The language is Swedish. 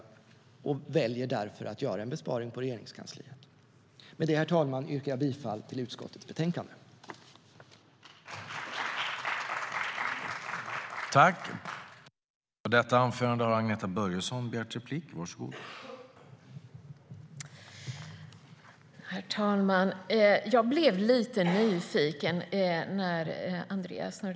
Vi väljer därför att göra en besparing på Regeringskansliet.